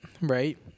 right